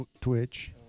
twitch